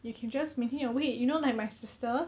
you can just maintain your weight you know like my sister